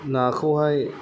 नाखौहाय